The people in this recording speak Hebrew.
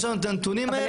יש לנו את הנתונים האלה.